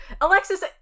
Alexis